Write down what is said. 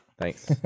Thanks